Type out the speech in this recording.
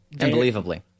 unbelievably